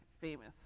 famous